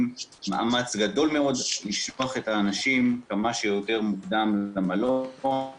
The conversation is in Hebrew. מאמץ גדול מאוד לשלוח את האנשים כמה שיותר מוקדם למלון.